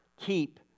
keep